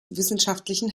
wissenschaftlichen